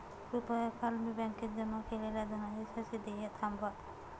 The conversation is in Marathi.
कृपया काल मी बँकेत जमा केलेल्या धनादेशाचे देय थांबवा